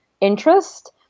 interest